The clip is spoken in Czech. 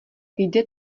jde